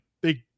big